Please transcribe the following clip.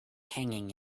hanging